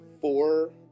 four